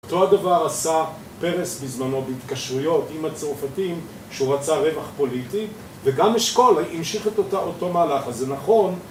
אותו הדבר עשה פרס בזמנו בהתקשרויות עם הצרפתים כשהוא רצה רווח פוליטי, וגם אשכול המשיך את אותו מהלך, אז זה נכון